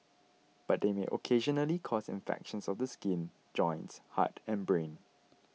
but they may occasionally cause infections of the skin joints heart and brain